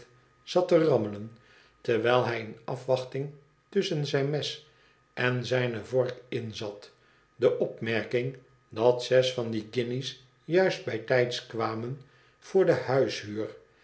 zat te rammelen terwijl hij in afwachting tusschen zijn mes en zijne vork in zat de opmerking dat zes van die guinjes juist bijtijds kwamen voor de